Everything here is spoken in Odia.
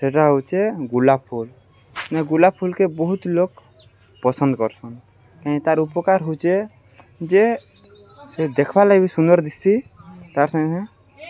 ସେଟା ହଉଚେ ଗୁଲାପ ଫୁଲ ଗୁଲାପ ଫୁଲ୍କେ ବହୁତ ଲୋକ ପସନ୍ଦ କରସନ୍ କାଇ ତାର୍ ଉପକାର ହଉଚେ ଯେ ସେ ଦେଖ୍ବାର୍କେ ଲାଗ ବି ସୁନ୍ଦର ଦିଶି ତାର୍ ସାଙ୍ଗେ